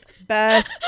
best